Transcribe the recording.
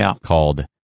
called